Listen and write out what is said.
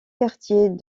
quartiers